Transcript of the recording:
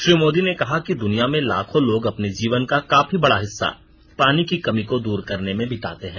श्री मोदी ने कहा कि दुनिया में लाखों लोग अपने जीवन का काफी बड़ा हिस्सा पानी की कमी को दूर करने में बिताते हैं